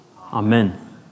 Amen